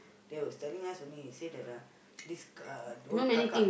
they was telling us only say that uh this uh the one kakak